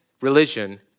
religion